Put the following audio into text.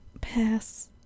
Pass